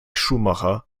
schumacher